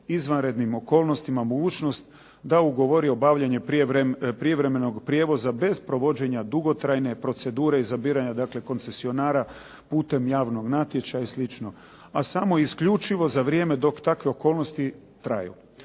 izvanrednim okolnostima mogućnost da ugovori obavljanje privremenog prijevoza bez provođenja dugotrajne procedure izabiranja koncesionara pute javnog natječaja i slično. A samo isključivo za vrijeme dok takve okolnosti traju.